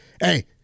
hey